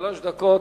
שלוש דקות.